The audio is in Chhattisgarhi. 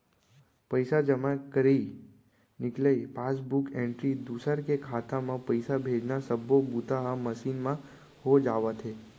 पइसा जमा करई, निकलई, पासबूक एंटरी, दूसर के खाता म पइसा भेजना सब्बो बूता ह मसीन म हो जावत हे